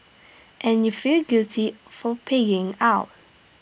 and you feel guilty for pigging out